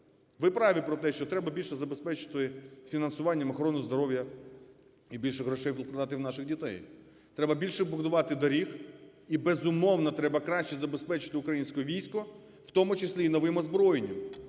Ви праві про те, що треба більше забезпечити фінансуванням охорони здоров'я і більше грошей вкладати в наших дітей. Треба більше будувати доріг, і, безумовно, треба краще забезпечити українське військо, в тому числі і новим озброєнням.